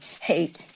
hate